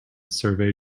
survey